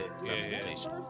Representation